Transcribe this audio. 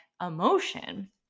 emotion